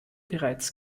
bereits